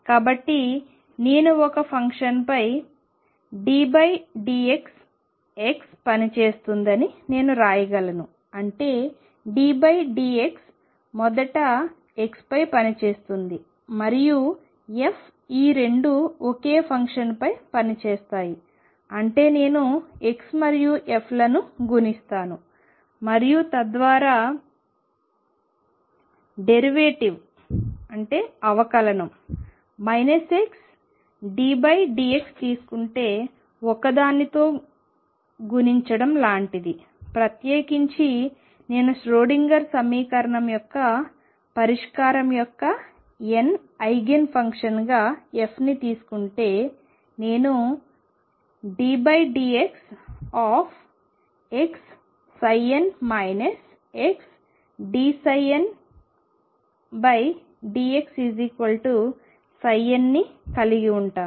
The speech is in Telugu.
కాబట్టి నేను ఒక ఫంక్షన్పై ddxx పనిచేస్తుందని నేనురాయగలను అంటే ddx మొదట xపై పని చేస్తుంది మరియు f ఈ రెండూ ఒక ఫంక్షన్పై పనిచేస్తాయి అంటే నేను x మరియు f లను గుణిస్తాను మరియు తర్వాత డెరివేటివ్ అవకలనం xddx తీసుకుంటే ఒకదానితో గుణించడం లాంటిది ప్రత్యేకించి నేను ష్రోడింగర్ సమీకరణం యొక్క పరిష్కారం యొక్క nth ఐగెన్ ఫంక్షన్ గా fని తీసుకుంటే నేను ddxxn xdndxn ని కలిగి ఉంటాను